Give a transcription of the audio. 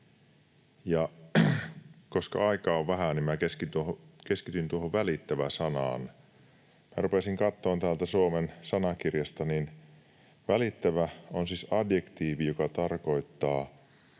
ja koska aikaa on vähän, niin keskityn tuohon välittävä-sanaan. Rupesin katsomaan täältä suomen sanakirjasta, ja ”välittävä” on siis adjektiivi, joka tarkoittaa